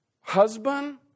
husband